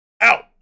Out